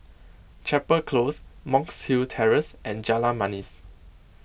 Chapel Close Monk's Hill Terrace and Jalan Manis